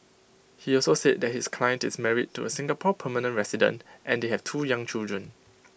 he also said that his client is married to A Singapore permanent resident and they have two young children